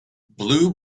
blue